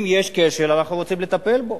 אם יש כשל, אנחנו רוצים לטפל בו.